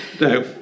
No